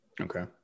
Okay